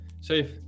safe